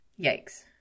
Yikes